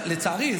לצערי,